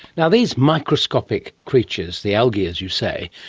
and these microscopic creatures, the algae, as you say,